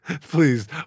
Please